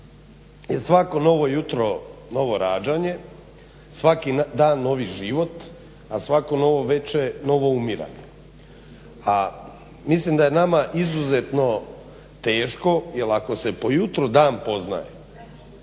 je "Svako novo jutro novo rađanje, svaki dan novi život, a svako novo veče novo umiranje", a mislim da je nama izuzetno teško jel ako se po jutru dan poznaje